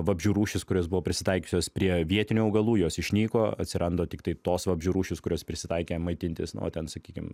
vabzdžių rūšys kurios buvo prisitaikiusios prie vietinių augalų jos išnyko atsirando tiktai tos vabzdžių rūšys kurios prisitaikę maitintis na o ten sakykim